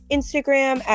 Instagram